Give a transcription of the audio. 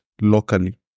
locally